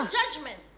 judgment